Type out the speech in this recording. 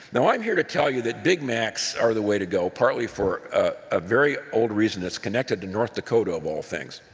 now, i'm here to tell you that big macs are the way to go partly for a very old reason that's connected to north dakota of all things.